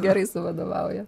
gerais vadovauja